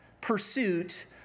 pursuit